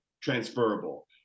transferable